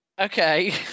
okay